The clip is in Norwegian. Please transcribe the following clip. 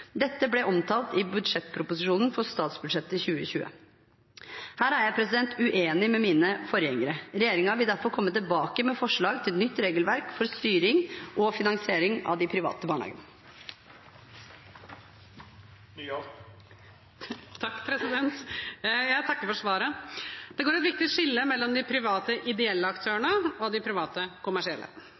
Dette ble omtalt i budsjettproposisjonen for statsbudsjettet 2020. Her er jeg uenig med mine forgjengere. Regjeringen vil derfor komme tilbake med forslag til et nytt regelverk for styring og finansiering av de private barnehagene. Jeg takker for svaret. Det går et viktig skille mellom de private-ideelle aktørene og de